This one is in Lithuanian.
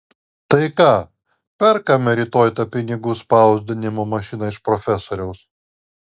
tai ką perkame rytoj tą pinigų spausdinimo mašiną iš profesoriaus